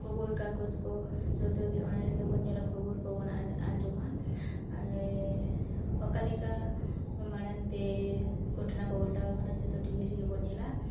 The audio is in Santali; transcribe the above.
ᱠᱷᱚᱵᱚᱨ ᱠᱟᱜᱚᱡᱽᱠᱚ ᱡᱚᱛᱚᱜᱮ ᱚᱱᱟᱨᱮᱜᱮ ᱵᱚᱱ ᱧᱮᱞᱟ ᱠᱷᱚᱵᱚᱨ ᱠᱚᱵᱚᱱ ᱟᱸᱡᱚᱢᱟ ᱚᱠᱟᱞᱮᱠᱟ ᱢᱟᱲᱟᱝᱛᱮ ᱜᱷᱚᱴᱚᱱᱟᱠᱚ ᱜᱷᱚᱴᱟᱣ ᱠᱟᱱᱟ ᱡᱚᱛᱚ ᱴᱤ ᱵᱷᱤ ᱨᱮᱜᱮ ᱵᱚᱱ ᱧᱮᱞᱟ